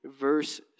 verse